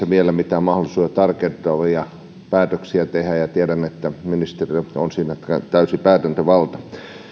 vielä mitään mahdollisuuksia tarkentavia päätöksiä tehdä tiedän että ministerillä on siinä täysi päätäntävalta